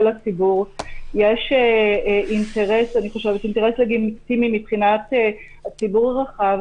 הציבור יש אינטרס לגיטימי של הציבור הרחב